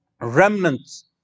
Remnants